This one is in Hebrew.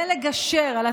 אני מוסיף זמן, הוא